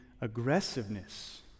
aggressiveness